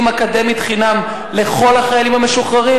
אקדמית חינם לכל החיילים המשוחררים.